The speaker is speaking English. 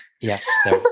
yes